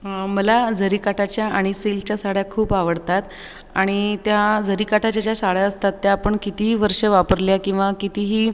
मला जरीकाठाच्या आणि सिल्कच्या साड्या खूप आवडतात आणि त्या जरीकाठाच्या ज्या साड्या असतात त्या आपण कितीही वर्ष वापरल्या किंवा कितीही